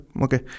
okay